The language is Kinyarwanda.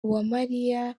uwamariya